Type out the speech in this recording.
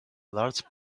large